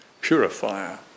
purifier